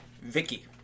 Vicky